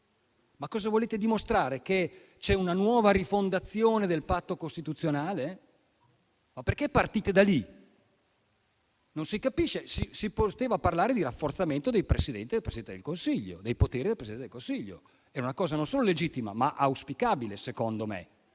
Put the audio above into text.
da lì? Volete dimostrare che c'è una nuova rifondazione del patto costituzionale? Perché partite da lì? Non si capisce. Si poteva parlare di rafforzamento dei poteri del Presidente del Consiglio, che era una cosa non solo legittima, ma auspicabile, secondo me.